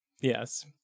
Yes